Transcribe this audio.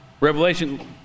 Revelation